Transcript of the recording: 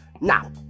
now